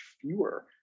fewer